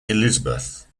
elizabeth